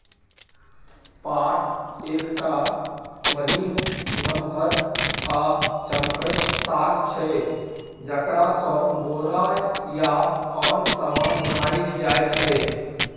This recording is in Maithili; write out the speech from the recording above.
पाट एकटा महीन, नमहर आ चमकैत ताग छै जकरासँ बोरा या आन समान बनाएल जाइ छै